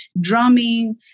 drumming